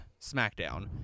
SmackDown